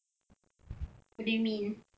what do you mean